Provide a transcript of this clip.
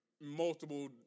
multiple